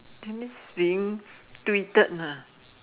that means being tweeted lah